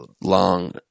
long